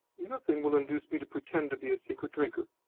nothing will induce me to pretend to be a secret drinker.